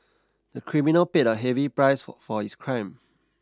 the criminal paid a heavy price for his crime